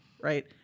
right